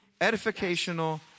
edificational